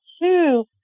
two